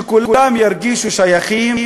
שכולם ירגישו שייכים,